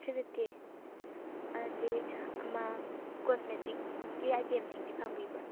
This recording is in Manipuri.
ꯊ꯭ꯔꯤ ꯐꯤꯐꯇꯤ ꯑꯗꯨꯗꯤ ꯑꯃ ꯀꯣꯁꯃꯦꯇꯤꯛꯀꯤ ꯑꯥꯏꯇꯦꯝꯁꯤꯡꯗꯤ ꯐꯪꯕꯤꯕ꯭ꯔꯥ